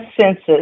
Census